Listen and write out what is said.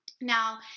Now